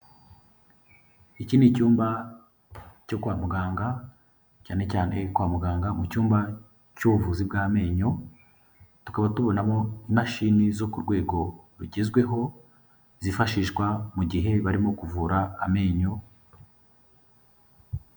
Iki ni icyumba cyo kwa muganga, cyane cyane kwa muganga mu cyumba cy'ubuvuzi bw'amenyo, tukaba tubonamo imashini zo ku rwego rugezweho, zifashishwa mu gihe barimo kuvura amenyo.